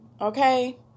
Okay